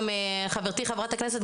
חברתי חברת הכנסת,